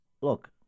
look